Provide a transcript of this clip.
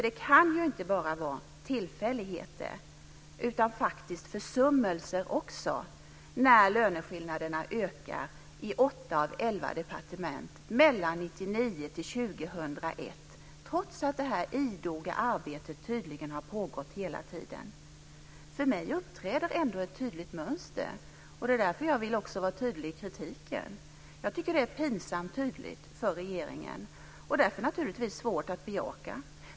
Det kan inte bara vara tillfälligheter utan faktiskt försummelser också när löneskillnaderna ökat i åtta av elva departement mellan 1999 och 2001, trots att detta idoga arbete tydligen har pågått hela tiden. För mig uppträder ändå ett tydligt mönster. Det är därför jag också vill vara tydlig i kritiken. Jag tycker att det är pinsamt tydligt för regeringen och därför naturligtvis svårt att bejaka.